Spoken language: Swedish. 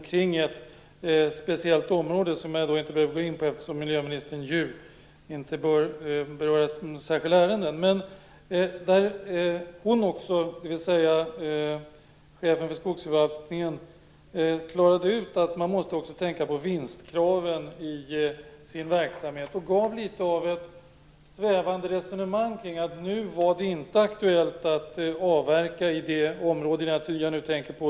Debatten gällde ett speciell område, som jag inte behöver gå in på eftersom miljöministern eftersom miljöministern ju inte bör beröra särskilda ärenden. Chefen för skogsförvaltningen klarade i alla fall ut att man också måste tänka på vinstkraven i sin verksamhet. Hon förde ett litet svävande resonemang kring att det nu inte var aktuellt att avverka i det område jag tänker på.